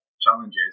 challenges